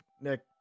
Nick